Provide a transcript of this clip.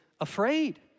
afraid